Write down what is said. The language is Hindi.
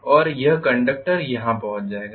और यह कंडक्टर यहाँ पहुँच जाएगा